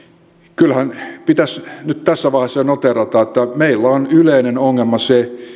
kyllähän pitäisi nyt tässä vaiheessa jo noteerata että meillä on yleinen ongelma se